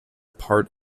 part